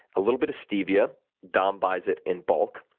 a little bit of stevia dom buys it in bulk.